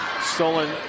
Stolen